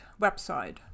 website